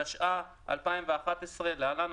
התשע"א 2011 (להלן,